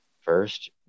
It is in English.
first